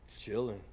chilling